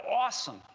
Awesome